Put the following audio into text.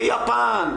ביפן,